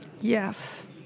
yes